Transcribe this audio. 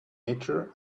nature